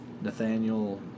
Nathaniel